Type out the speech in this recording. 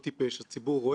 האם חברי הכנסת